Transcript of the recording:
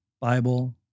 Bible